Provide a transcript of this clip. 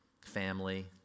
family